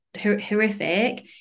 horrific